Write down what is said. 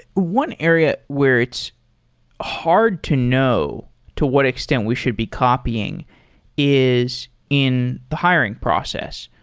one area where it's hard to know to what extent we should be copying is in the hiring process.